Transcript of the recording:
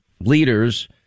leaders